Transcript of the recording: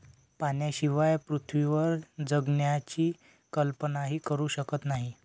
पाण्याशिवाय पृथ्वीवर जगण्याची कल्पनाही करू शकत नाही